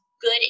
good